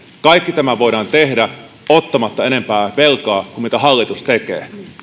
kaikki tämä voidaan tehdä ottamatta enempää velkaa kuin mitä hallitus tekee